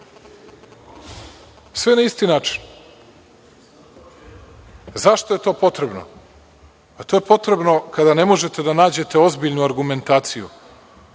Sve na isti način.Zašto je to potrebno? Pa to je potrebno kada ne možete da nađete ozbiljnu argumentaciju,